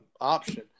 option